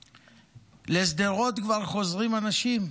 לשדרות כבר חוזרים אנשים.